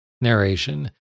narration